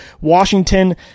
Washington